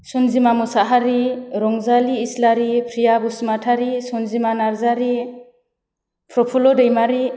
Sanjima Mosahary Ranjali Islary Priya Basumatary Sanjima Narzary Prafulla Daimary